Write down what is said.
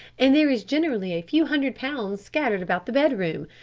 and there is generally a few hundred pounds scattered about the bedroom.